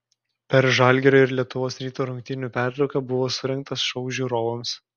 per žalgirio ir lietuvos ryto rungtynių pertrauką buvo surengtas šou žiūrovams